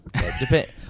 Depends